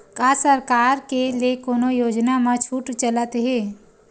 का सरकार के ले कोनो योजना म छुट चलत हे?